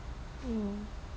mmhmm